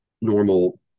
normal